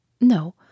No